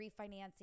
refinancing